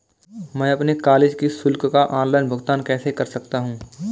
मैं अपने कॉलेज की शुल्क का ऑनलाइन भुगतान कैसे कर सकता हूँ?